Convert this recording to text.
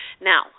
Now